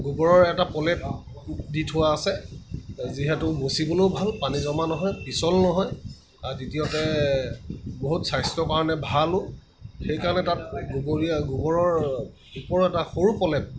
গোবৰৰ এটা প্ৰলেপ দি থোৱা আছে যিহেতু মোচিবলৈও ভাল পানী জমা নহয় পিছল নহয় আৰু দ্বিতীয়তে বহুত স্বাস্থ্যৰ কাৰণে ভালো সেইকাৰনে তাত গোবৰীয়া গোবৰৰ এটা সৰু প্ৰলেপ